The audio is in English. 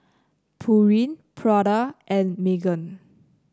Pureen Prada and Megan